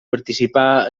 participà